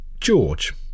George